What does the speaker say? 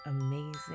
amazing